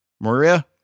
Maria